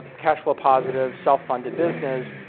cash flow positive self funded business,